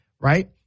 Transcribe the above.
right